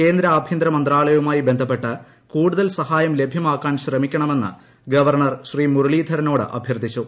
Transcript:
കേന്ദ്ര ആഭ്യന്തര മന്ത്രാലയവുമായി ബന്ധപ്പെട്ട് കൂടുതൽ സഹായം ലഭ്യമാക്കാൻ ശ്രമിക്കണമെന്ന് ഗവർണർ മുരളീധരനോട് ശ്രീ അഭ്യർത്ഥിച്ചു